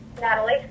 Natalie